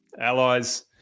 allies